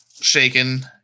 shaken